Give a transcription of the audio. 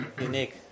unique